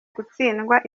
gutsindwa